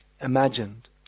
imagined